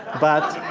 but.